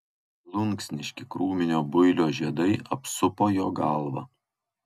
plunksniški krūminio builio žiedai apsupo jo galvą